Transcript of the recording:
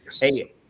hey